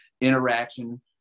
interaction